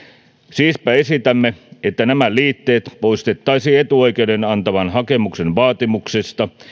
siispä esitämme että nämä liitteet poistettaisiin etuoikeuden antavan hakemuksen vaatimuksista